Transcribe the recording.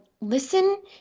listen